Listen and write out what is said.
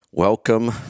Welcome